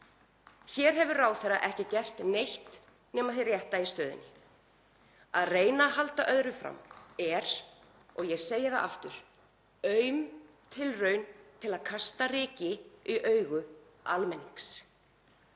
Hér hefur ráðherra ekki gert neitt nema hið rétta í stöðunni. Að reyna að halda öðru fram er — og ég segi það aftur — aum tilraun til að slá ryki í augu almennings.